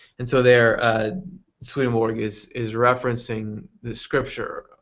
and so there swedenborg is is referencing the scripture.